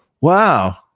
Wow